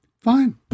Fine